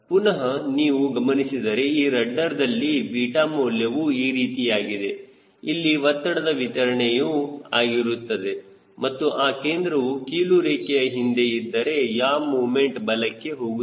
ಪುನಹ ನೀವು ಗಮನಿಸಿದರೆ ಈ ರಡ್ಡರ್ ದಲ್ಲಿ 𝛽 ಮೌಲ್ಯವು ಈ ರೀತಿಯಾಗಿದೆ ಇಲ್ಲಿಒತ್ತಡದ ವಿತರಣೆಯೂ ಆಗಿರುತ್ತದೆ ಮತ್ತು ಆ ಕೇಂದ್ರವು ಕೀಲು ರೇಖೆಯ ಹಿಂದೆ ಇದ್ದರೆ ಯಾ ಮೊಮೆಂಟ್ ಬಲಕ್ಕೆ ಹೋಗುತ್ತದೆ